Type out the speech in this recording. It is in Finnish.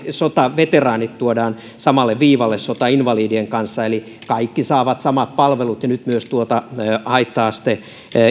sotaveteraanit tuodaan samalle viivalle sotainvalidien kanssa eli kaikki saavat samat palvelut ja nyt myös tuota haitta asteen